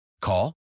Call